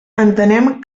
entenem